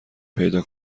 پیدا